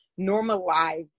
normalize